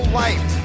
life